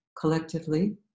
collectively